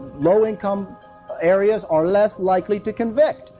low-income areas are less likely to convict,